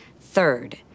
Third